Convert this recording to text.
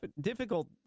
difficult